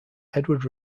edward